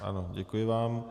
Ano, děkuji vám.